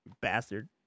bastard